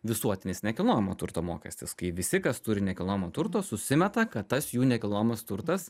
visuotinis nekilnojamo turto mokestis kai visi kas turi nekilnojamo turto susimeta kad tas jų nekilnojamas turtas